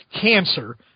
cancer